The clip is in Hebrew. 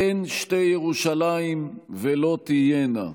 אין שתי ירושלים ולא תהיינה,